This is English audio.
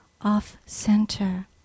off-center